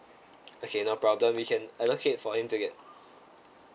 okay no problem we can allocate for him to get